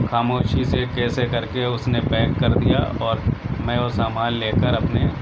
خاموشی سے کیسے کر کے اس نے پیک کر دیا اور میں وہ سامان لے کر اپنے